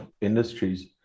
industries